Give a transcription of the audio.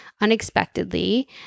unexpectedly